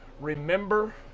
remember